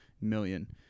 million